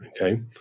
okay